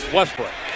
Westbrook